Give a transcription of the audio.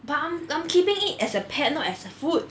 but I'm I'm keeping it as a pet not as a food